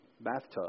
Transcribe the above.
bathtub